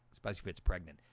especially if it's pregnant,